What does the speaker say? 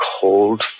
cold